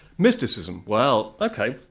mysticism, well ok,